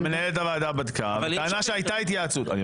אבל מנהלת הוועדה בדקה וטענה שהייתה התייעצות.